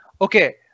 okay